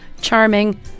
Charming